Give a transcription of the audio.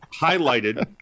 highlighted